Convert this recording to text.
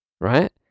right